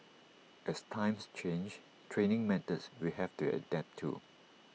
as times change training methods will have to adapt too